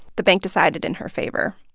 the bank decided in her favor.